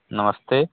नमस्ते